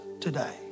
today